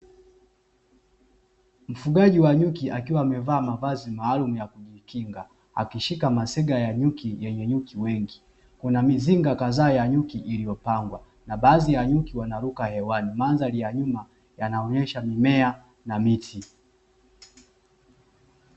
Mfugaji wa nyuki akiwa amevaa mavazi maalum ya kujikinga, akishika masega ya nyuki nenye nyuki wengi, kuna mizinga kadhaa ya nyuki iliyopangwa na baadhi ya nyuki wanaruka hewani. Mandhari ya nyuma yanaonyesha mimea na miti.